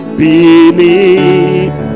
beneath